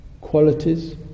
qualities